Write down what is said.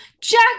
Jack